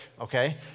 Okay